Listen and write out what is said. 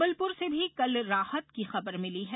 जबलपुर से भी कल राहत की खबर मिली है